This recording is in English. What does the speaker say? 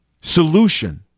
solution